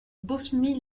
bosmie